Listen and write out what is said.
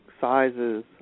sizes